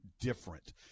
different